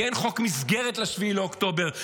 כי אין חוק מסגרת ל-7 לאוקטובר,